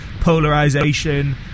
polarization